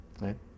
Right